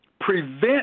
prevent